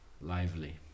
lively